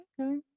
Okay